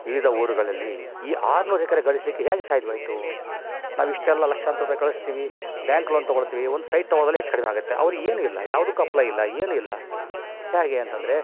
ವಿವಿಧ ಊರುಗಳಲ್ಲಿ ಈ ಆರ್ನೂರ್ ಎಕರೆ ಗಳಿಸ್ಲಿಕ್ ಹ್ಯಾಗೆ ಸಾಧ್ಯವಾಯ್ತು ನಾವು ಇಷ್ಟೆಲ್ಲ ಲಕ್ಷಾಂತ್ರ ರುಪಾಯಿ ಗಳಿಸ್ತೀವಿ ಬ್ಯಾಂಕ್ ಲೋನ್ ತೊಗೊಳ್ತೀವಿ ಒಂದು ಸೈಟ್ ತೊಗೊಳೋದ್ರಲ್ಲಿ ಹೆಚ್ ಕಡಿಮೆ ಆಗುತ್ತೆ ಅವ್ರು ಏನು ಇಲ್ಲ ಯಾವುದಕ್ಕೂ ಅಪ್ಲೈ ಇಲ್ಲ ಏನು ಇಲ್ಲ ಹೇಗೆ ಅಂತಂದರೆ